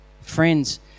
Friends